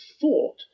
thought